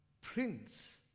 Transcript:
prince